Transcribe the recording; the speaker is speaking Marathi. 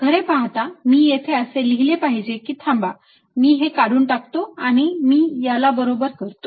खरे पाहता मी येथे असे लिहिले पाहिजे की थांबा मी हे काढून टाकतो आणि या याला बरोबर करतो